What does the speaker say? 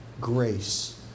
grace